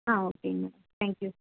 ஆ ஓகேங்க madam thank you